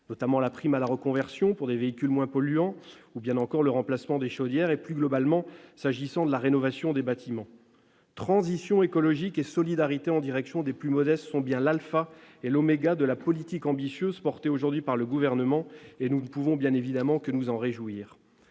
notamment la prime à la reconversion pour des véhicules moins polluants, l'aide au remplacement des chaudières et, plus globalement, à la rénovation des bâtiments. Transition écologique et solidarité en direction des plus modestes sont bien l'alpha et l'oméga de la politique ambitieuse portée aujourd'hui par le Gouvernement ; nous ne pouvons évidemment que nous en réjouir.